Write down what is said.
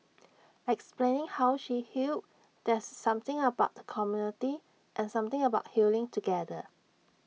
explaining how she healed there's something about the community and something about healing together